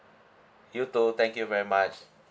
you too thank you very much